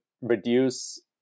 reduce